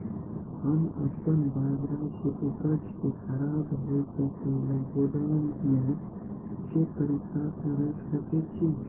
हम अपन बाजरा के उपज के खराब होय से पहिले गोदाम में के तरीका से रैख सके छी?